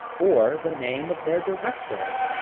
or the name of their director.